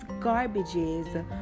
garbages